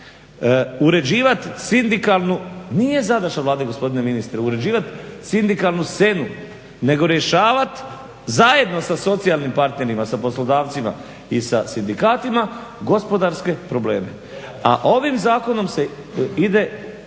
uređivati sindikalnu, nije zadaća Vlade gospodine ministre uređivati sindikalnu scenu, nego rješavati zajedno sa socijalnim partnerima, sa poslodavcima i sa sindikatima gospodarske probleme. A ovim zakonom se ide